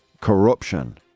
corruption